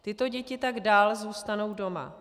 Tyto děti tak dál zůstanou doma.